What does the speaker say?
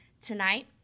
Tonight